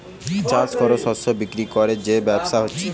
চাষ কোরে শস্য বিক্রি কোরে যে ব্যবসা হচ্ছে